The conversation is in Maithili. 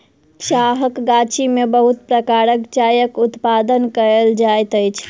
चाहक गाछी में बहुत प्रकारक चायक उत्पादन कयल जाइत अछि